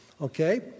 okay